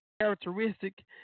characteristic